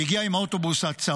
הוא הגיע עם האוטובוס הצהוב